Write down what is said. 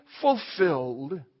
fulfilled